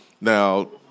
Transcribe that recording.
Now